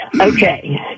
okay